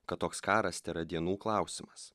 kad toks karas tėra dienų klausimas